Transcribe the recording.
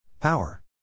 Power